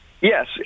yes